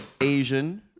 Asian